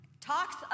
talks